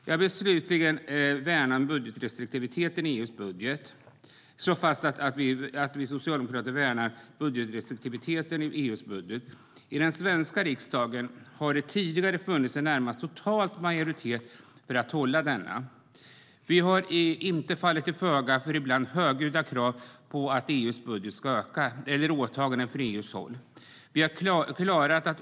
Jag vill slutligen slå fast att vi socialdemokrater värnar om budgetrestriktiviteten i EU:s budget. I den svenska riksdagen har det tidigare funnits en närmast total majoritet för att hålla den. Vi har inte fallit till föga för ibland högljudda krav på att EU:s budget ska öka eller på åtaganden från EU:s håll.